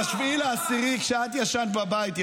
כשאת ישנת בבית,